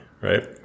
right